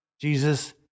Jesus